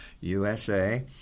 USA